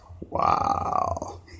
Wow